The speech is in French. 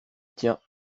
tien